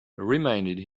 reminded